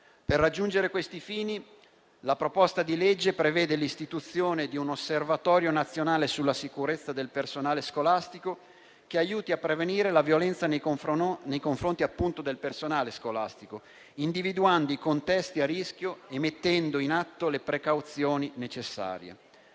Per raggiungere questi fini la proposta di legge prevede l'istituzione di un Osservatorio nazionale sulla sicurezza del personale scolastico che aiuti a prevenire la violenza nei loro confronti, individuando i contesti a rischio e mettendo in atto le precauzioni necessarie.